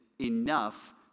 enough